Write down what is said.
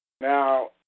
Now